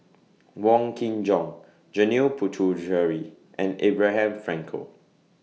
Wong Kin Jong Janil Puthucheary and Abraham Frankel